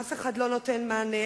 אף אחד לא נותן מענה,